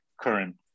current